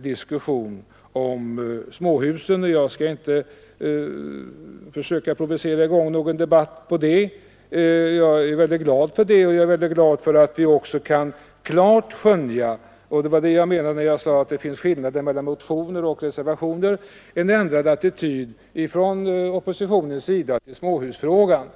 diskussion om småhusen, och jag skall inte försöka provocera i gång någon debatt härom. Jag är mycket glad för detta, och jag är mycket glad för att vi klart kan skönja — och det var det jag menade när jag sade att det finns skillnader mellan motioner och reservationer — en ändrad attityd från oppositionens sida till småhusfrågan.